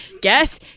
guess